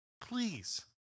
please